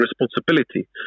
responsibility